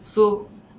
so